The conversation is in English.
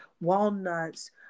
walnuts